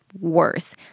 worse